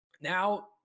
now